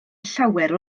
llawer